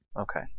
Okay